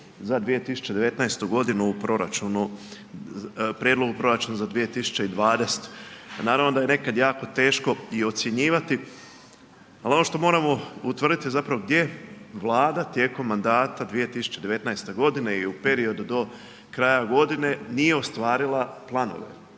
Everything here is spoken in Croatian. za 2019. u proračunu, prijedlogu proračuna za 2020. Pa naravno da je nekad jako teško i ocjenjivati, ali ono što moramo utvrditi gdje Vlada tijekom mandata 2019. i u periodu do kraja godine nije ostvarila planove.